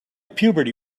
puberty